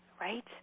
right